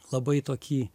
labai tokį